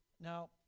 Now